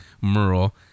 Merle